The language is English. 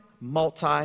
multi